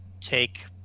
take